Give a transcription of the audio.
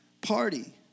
party